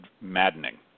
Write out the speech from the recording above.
maddening